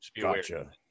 Gotcha